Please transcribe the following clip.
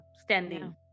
standing